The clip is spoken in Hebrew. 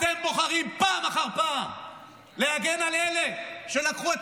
אתם בוחרים פעם אחר פעם להגן על אלה שלקחו את